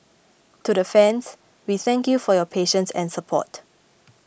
to the fans we thank you for your patience and support